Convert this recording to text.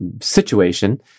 situation